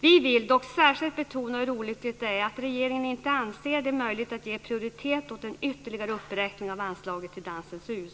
Vi vill särskilt betona hur olyckligt det är att regeringen inte anser det möjligt att ge prioritet åt en ytterligare uppräkning av anslaget till Dansens hus.